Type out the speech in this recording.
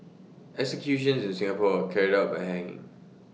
executions is in Singapore are carried out by hanging